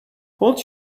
hold